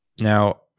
Now